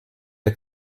der